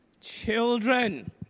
children